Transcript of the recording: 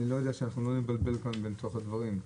שלא נתבלבל בין הדברים.